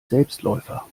selbstläufer